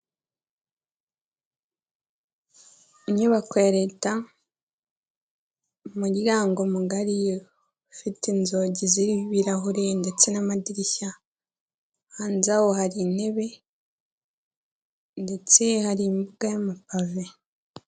Inyubako ya leta umuryango mugari ufite inzugi ziriho ibirahure ndetse n'amadirishya, hanze yaho hari intebe ndetse hari imbuga y'amapave.